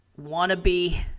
wannabe